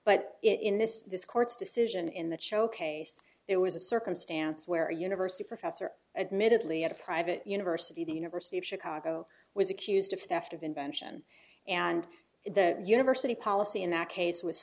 but in this this court's decision in that showcase there was a circumstance where a university professor admitted lee at a private university the university of chicago was accused of theft of invention and the university policy in that case w